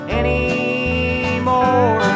anymore